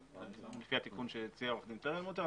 לפי התיקון שהציע עורך דין פרלמוטר,